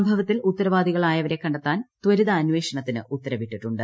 സംഭവത്തിൽ ഉത്തരവാദികളായവരെ കണ്ടെത്താൻത്വരിതാന്വേഷണത്തിനു ഉത്തരവിട്ടുണ്ട്